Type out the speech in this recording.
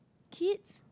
kids